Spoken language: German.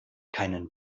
keinen